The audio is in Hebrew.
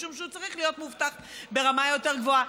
משום שהוא צריך להיות מאובטח ברמה יותר גבוהה.